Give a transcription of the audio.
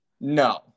No